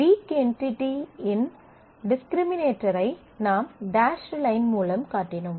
week entity இன் discriminator ஐ நாம் டேஷ்டு லைன் மூலம் காட்டினோம்